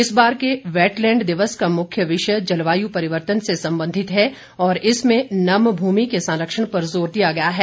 इस बार के वैटलैंड दिवस का मुख्य विषय जलवायु परिवर्तन से संबंधित है और इसमें नम भूमि के संरक्षण पर जोर दिया गया है